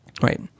Right